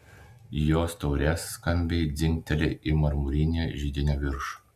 jos taurė skambiai dzingteli į marmurinį židinio viršų